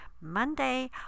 Monday